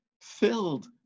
filled